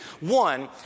One